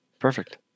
Perfect